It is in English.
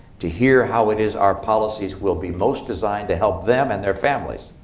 to hear how it is our policies will be most designed to help them and their families.